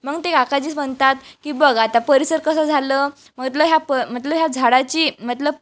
मग ते काकाजीच म्हणतात की बघ आता परिसर कसं झालं मतलं ह्या प मतलं ह्या झाडाची मतलब